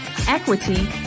equity